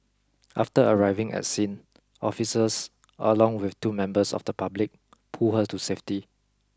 after arriving at scene officers along with two members of the public pulled her to safety